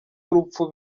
urupfu